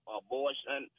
abortion